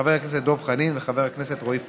חבר הכנסת דב חנין וחבר הכנסת רועי פולקמן.